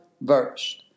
verse